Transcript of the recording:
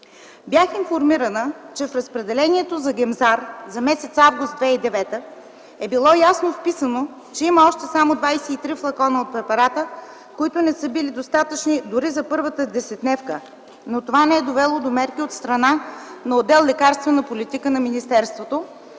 Бях информирана, че в разпределението за Гемзар за м. август 2009 г. е било ясно вписано, че има още само 23 флакона от препарата, които не са били достатъчни дори за първата десетдневка, но това не е довело до мерки от страна на отдел „Лекарствена политика” на министерството,